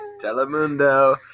telemundo